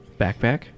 backpack